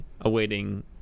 awaiting